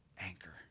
anchor